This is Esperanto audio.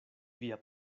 via